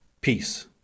Peace